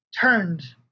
turned